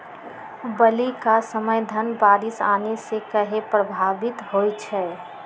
बली क समय धन बारिस आने से कहे पभवित होई छई?